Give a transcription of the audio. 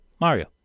Mario